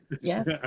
yes